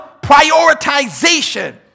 prioritization